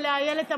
ולאיילת המדהימה.